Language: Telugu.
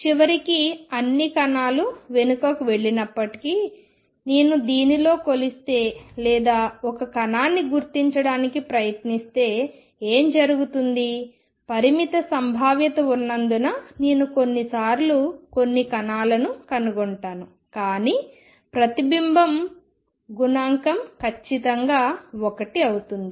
చివరికి అన్ని కణాలు వెనుకకు వెళ్లినప్పటికీ నేను దీనిలో కొలిస్తే లేదా ఒక కణాన్ని గుర్తించడానికి ప్రయత్నిస్తే ఏమి జరుగుతుంది పరిమిత సంభావ్యత ఉన్నందున నేను కొన్నిసార్లు కొన్ని కణాలను కనుగొంటాను కానీ ప్రతిబింబ గుణకం ఖచ్చితంగా 1 అవుతుంది